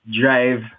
drive